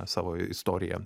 savo istoriją